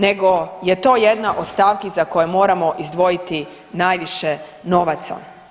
Nego je to jedan od stavki za koju moramo izdvojiti najviše novaca.